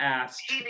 asked